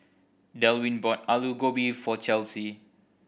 Delwin bought Alu Gobi for Chelsey